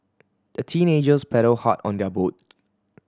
the teenagers paddled hard on their boat